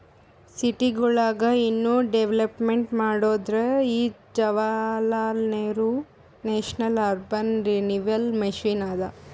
ಸಿಟಿಗೊಳಿಗ ಇನ್ನಾ ಡೆವಲಪ್ಮೆಂಟ್ ಮಾಡೋದೇ ಈ Jawaharlal Nehru national urban renewal mission ಅದಾ